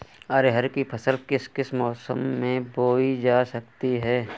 अरहर की फसल किस किस मौसम में बोई जा सकती है?